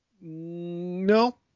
no